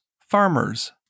farmers